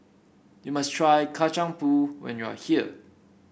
you must try Kacang Pool when you are here